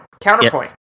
counterpoint